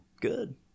Good